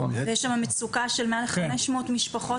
יש שם מצוקה של חמש מאות משפחות,